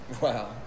Wow